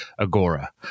agora